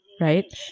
Right